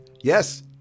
Yes